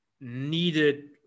needed